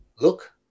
look